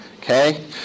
Okay